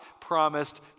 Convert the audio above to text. promised